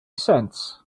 cents